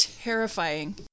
terrifying